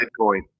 bitcoin